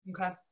okay